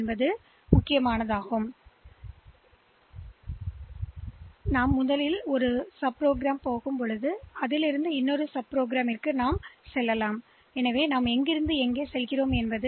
எனவே அடுத்ததாக இங்கிருந்து இன்ஸ்டிரக்ஷன்லை இயக்கவும் ஆனால் திரும்பிச் செல்வதற்காக நான் இங்கிருந்து எப்படி அழைக்கப்பட்ட இடத்திற்குச் செல்வது